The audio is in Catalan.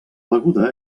beguda